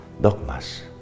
dogmas